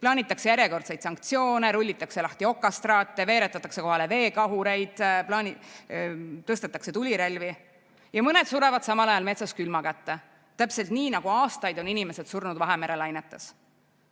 plaanitakse järjekordseid sanktsioone, rullitakse lahti okastraate, veeretatakse kohale veekahureid, tõstetakse tulirelvi ja mõned surevad samal ajal metsas külma kätte. Täpselt nii, nagu aastaid on inimesed surnud Vahemere lainetes.